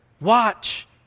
watch